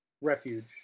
refuge